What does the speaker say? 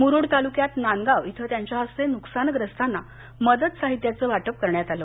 मुरूड तालुक्यात नांदगाव इथ त्यांच्या हस्ते नुकसानग्रस्तांना मदत साहित्याचं वाटप करण्यात आलं